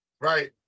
Right